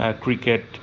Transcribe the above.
cricket